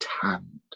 hand